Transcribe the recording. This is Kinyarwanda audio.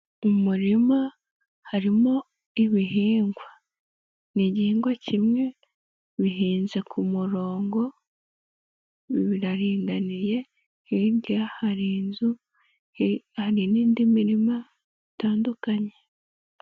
Umurima harimo ibihingwa, ni igihingwa kimwe bihinze ku murongo biraringaniye hirya hari inzu, hari n'indi mirima itandukanye.